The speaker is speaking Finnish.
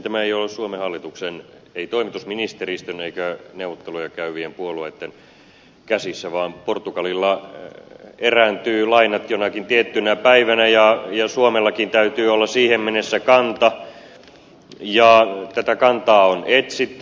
tämä ei ole suomen hallituksen ei toimitusministeristön eikä neuvotteluja käyvien puolueitten käsissä vaan portugalilla erääntyvät lainat jonakin tiettynä päivänä ja suomellakin täytyy olla siihen mennessä kanta ja tätä kantaa on etsitty